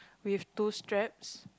with two straps